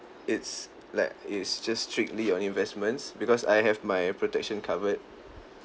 it's like it's just strictly on investments because I have my protection covered